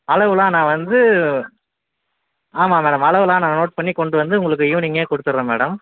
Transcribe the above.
அளவுலாம் நான் வந்து ஆமாம் மேடம் அளவுலாம் நான் நோட் பண்ணி கொண்டு வந்து உங்களுக்கு ஈவினிங்கே கொடுத்துறேன் மேடம்